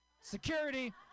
Security